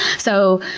so,